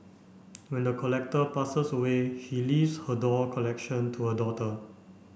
when the collector passes away she leaves her doll collection to her daughter